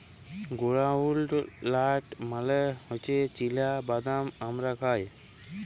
গেরাউলড লাট মালে হছে চিলা বাদাম আমরা খায়